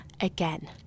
again